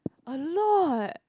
a lot